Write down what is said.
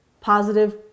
positive